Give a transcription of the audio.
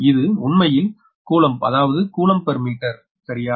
இது உண்மையில் கூலொம்ப் அதாவது கூலொம்ப் பெர் மீட்டர் சரியா